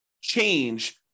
change